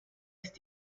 ist